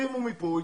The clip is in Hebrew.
שימו מיפוי.